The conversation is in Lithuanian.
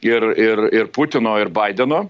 ir ir ir putino ir baideno